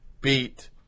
beat